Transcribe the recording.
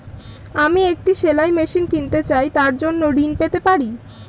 আমি একটি সেলাই মেশিন কিনতে চাই তার জন্য ঋণ পেতে পারি?